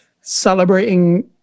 celebrating